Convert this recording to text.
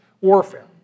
warfare